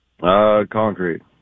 Concrete